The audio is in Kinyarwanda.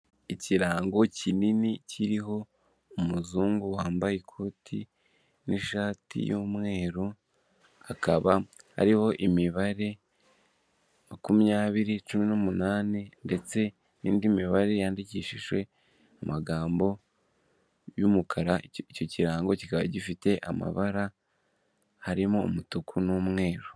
Ikirango kinini kiriho umuzungu wambaye ikoti n'ishati y'umweru, hakaba hariho imibare makumyabiri, cumi n'umunani ndetse n'indi mibare yandikishijwe amagambo y'umukara, icyo kirango kirango gifite amabara harimo umutuku n'umweru.